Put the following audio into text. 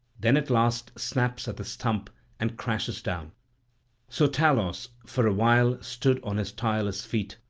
then at last snaps at the stump and crashes down so talos for a while stood on his tireless feet,